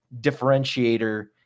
differentiator